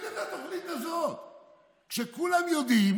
שכולם יודעים